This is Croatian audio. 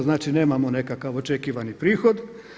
Znači nemamo nekakav očekivani prihod.